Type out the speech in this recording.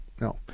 No